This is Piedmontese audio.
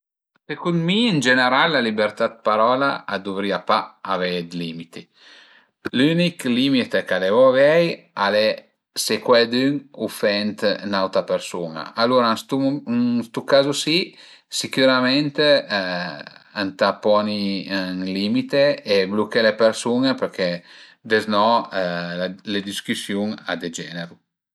Secund mi ën general la libertà d'parola a duvrìa pa avei d'limiti. L'ünich limit ch'a devu avei al e se cuaidün ufend ün'autra persun-a, alura ën stu cazo si sicürament ëntà poni ën limite e bluché le persun-e perché deznà le discüsiuna degeneru